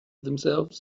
themselves